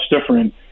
different